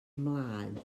ymlaen